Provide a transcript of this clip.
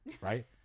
right